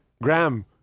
Graham